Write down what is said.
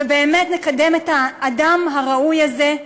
ובאמת נקדם את האדם הראוי הזה,